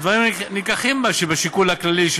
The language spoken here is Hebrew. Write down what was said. הדברים האלה נלקחים בשיקול הכללי של